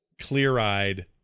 clear-eyed